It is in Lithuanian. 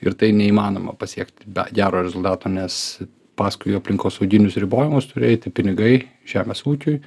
ir tai neįmanoma pasiekti be gero rezultato nes paskui aplinkosauginius ribojimus turi eiti pinigai žemės ūkiui